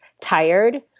tired